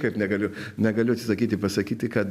kaip negaliu negaliu atsisakyti pasakyti kad